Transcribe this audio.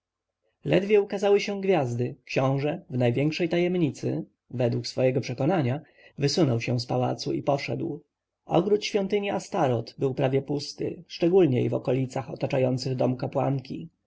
ledwie ukazały się gwiazdy książę w największej tajemnicy według swego przekonania wysunął się z pałacu i poszedł ogród świątyni astoreth był prawie pusty szczególniej w okolicach otaczających dom kapłanki